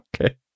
okay